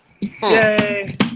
Yay